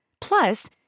Plus